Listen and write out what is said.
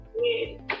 Yes